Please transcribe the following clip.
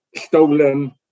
stolen